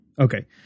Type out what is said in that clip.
okay